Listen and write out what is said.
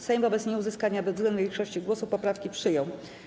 Sejm wobec nieuzyskania bezwzględnej większości głosów poprawki przyjął.